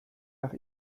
nach